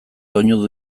doinu